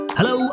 Hello